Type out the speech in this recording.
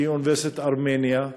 אוניברסיטת ארמניה,